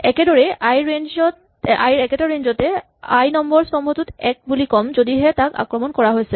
একেদৰে আই ৰ একেটা ৰেঞ্জ তে আই নম্বৰ স্তম্ভটোক এক বুলি ক'ম যদিহে তাক আক্ৰমণ কৰা হৈছে